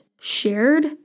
shared